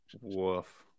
Woof